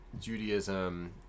Judaism